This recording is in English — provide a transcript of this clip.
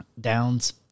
Downs